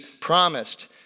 promised